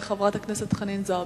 חברת הכנסת חנין זועבי.